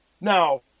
Now